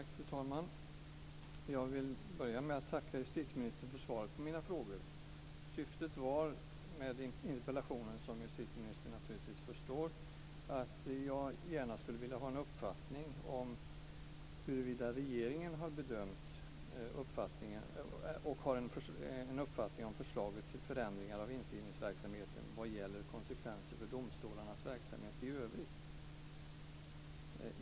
Fru talman! Jag vill börja med att tacka justitieministern för svaret på mina frågor. Syftet med interpellationen var, som justitieministern naturligtvis förstår, att jag gärna skulle vilja höra huruvida regeringen har bedömt och har en uppfattning om förslaget till förändringar av inskrivningsverksamheten vad gäller konsekvenser för domstolarnas verksamhet i övrigt.